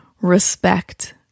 respect